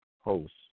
hosts